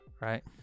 Right